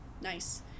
Nice